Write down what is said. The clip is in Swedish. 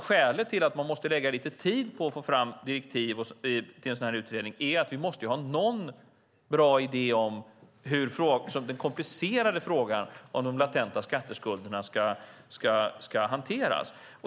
Skälet till att man måste lägga lite tid på att få fram direktiv till en sådan här utredning är att vi måste ha någon bra idé om hur den komplicerade frågan om de latenta skatteskulderna ska hanteras.